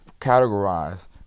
categorize